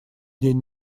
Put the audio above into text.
день